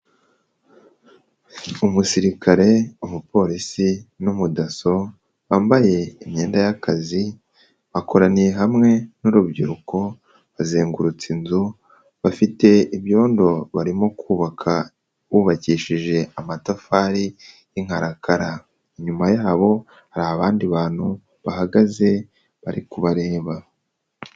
Umusirikare, umupolisi n'umudaso, bambaye imyenda y'akazi, bakoraniye hamwe n'urubyiruko, bazengurutse inzu, bafite ibyondo barimo kubaka bubakishije amatafari y'inkarakara, inyuma yabo hari abandi bantu bahagaze bari kubareba.